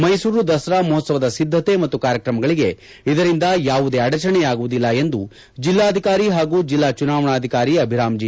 ಮೈಸೂರು ದಸರಾ ಮಹೋತ್ವವದ ಸಿದ್ದತೆ ಮತ್ತು ಕಾರ್ಯಕ್ರಮಗಳಿಗೆ ಇದರಿಂದ ಯಾವುದೇ ಅಡಚಣೆಯಾಗುವುದಿಲ್ಲ ಎಂದು ಜಿಲ್ಲಾಧಿಕಾರಿ ಹಾಗೂ ಜಿಲ್ಲಾಚುನಾವಣಾಧಿಕಾರಿ ಅಭಿರಾಮ್ ಜಿ